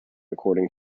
according